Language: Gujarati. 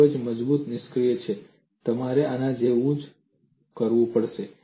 તે ખૂબ જ મજબૂત નિષ્કર્ષ છે તમારે આવું ન કરવું જોઈએ